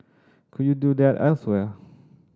could you do that elsewhere